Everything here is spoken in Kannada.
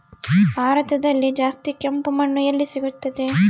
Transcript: ಭಾರತದಲ್ಲಿ ಜಾಸ್ತಿ ಕೆಂಪು ಮಣ್ಣು ಎಲ್ಲಿ ಸಿಗುತ್ತದೆ?